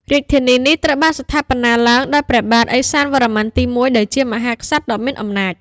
រាជធានីនេះត្រូវបានស្ថាបនាឡើងដោយព្រះបាទឦសានវរ្ម័នទី១ ដែលជាមហាក្សត្រដ៏មានអំណាច។